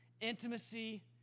Intimacy